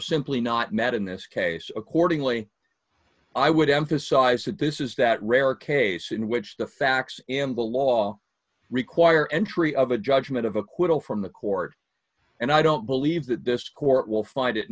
simply not met in this case accordingly i would emphasize that this is that rare case in which the facts and the law require entry of a judgment of acquittal from the court and i don't believe that this court will find it